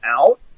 out